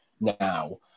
now